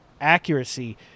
accuracy